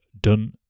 done